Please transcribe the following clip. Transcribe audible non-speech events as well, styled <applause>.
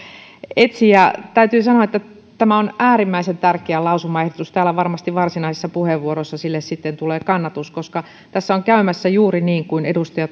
etsi täytyy sanoa että tämä on äärimmäisen tärkeä lausumaehdotus täällä varmasti varsinaisissa puheenvuoroissa sille sitten tulee kannatus koska tässä on käymässä juuri niin kuin edustaja <unintelligible>